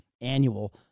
annual